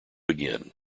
again